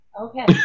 Okay